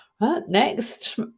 Next